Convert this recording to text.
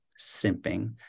simping